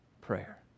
prayer